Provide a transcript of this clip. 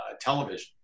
television